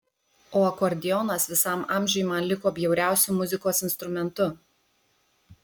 o akordeonas visam amžiui man liko bjauriausiu muzikos instrumentu